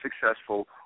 successful